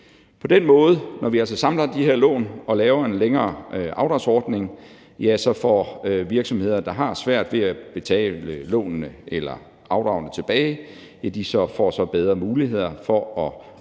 På den måde, når vi altså samler de her lån og laver en længere afdragsordning, får virksomheder, der har svært ved at betale lånene eller afdragene tilbage, bedre muligheder for at klare